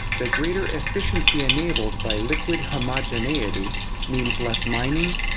the greater efficiency enabled by liquid homogeneity means less mining,